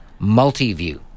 MultiView